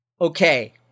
okay